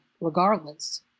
regardless